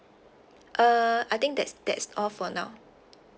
uh I think that's that's all for now